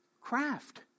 craft